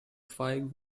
five